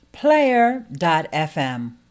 Player.fm